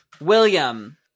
William